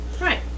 Right